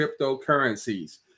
cryptocurrencies